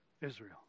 Israel